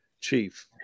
chief